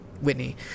Whitney